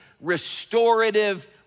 restorative